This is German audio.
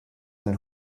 ein